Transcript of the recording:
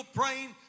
praying